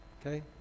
okay